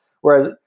Whereas